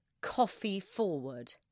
coffee-forward